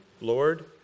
Lord